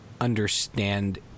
understand